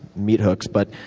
meat hooks, but